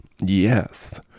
Yes